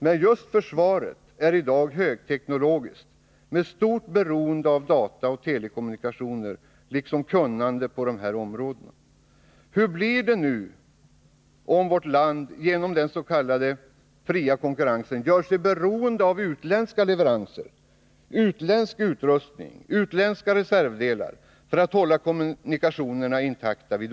Men just försvaret är i dag högteknologiskt med stort beroende av data och telekommunikationer liksom av kunnande på dessa områden. Hur går det med våra möjligheter att hålla kommunikationerna intakta vid ofred, om vårt land genom den s.k. fria konkurrensen gör sig beroende av utländska leveranser, utländsk utrustning, utländska reservdelar?